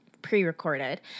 pre-recorded